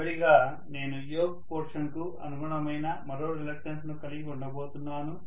చివరిగా నేను yoke portion కు అనుగుణమైన మరో రిలక్టన్స్ ను కలిగి ఉండబోతున్నాను